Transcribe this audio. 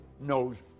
knows